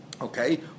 Okay